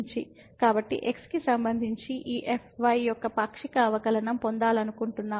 కాబట్టి x కి సంబంధించి ఈ fy యొక్క పాక్షిక అవకలనం పొందాలనుకుంటున్నాము